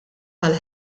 għal